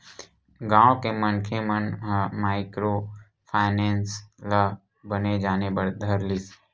गाँव के मनखे मन ह माइक्रो फायनेंस ल बने जाने बर धर लिस